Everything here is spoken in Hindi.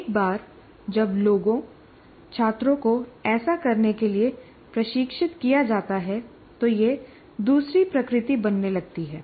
एक बार जब लोगोंछात्रों को ऐसा करने के लिए प्रशिक्षित किया जाता है तो यह दूसरी प्रकृति बनने लगती है